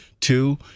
Two